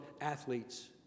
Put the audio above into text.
athletes